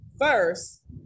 first